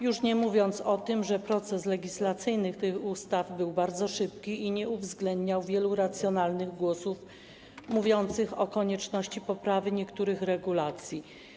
Już nie mówię o tym, że proces legislacyjny tych ustaw był bardzo szybki i nie uwzględniał wielu racjonalnych głosów mówiących o konieczności poprawy niektórych regulacji.